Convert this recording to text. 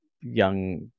young